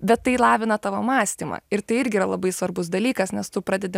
bet tai lavina tavo mąstymą ir tai irgi yra labai svarbus dalykas nes tu pradedi